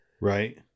right